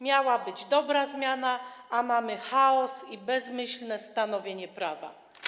Miała być dobra zmiana, a mamy chaos i bezmyślne stanowienie prawa.